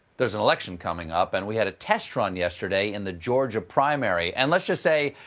there's an election coming up, and we had a test run yesterday in the georgia primary and let's just say,